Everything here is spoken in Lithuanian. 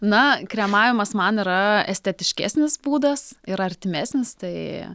na kremavimas man yra estetiškesnis būdas ir artimesnis tai